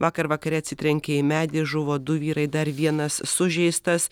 vakar vakare atsitrenkė į medį žuvo du vyrai dar vienas sužeistas